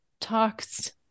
talks